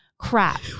Crap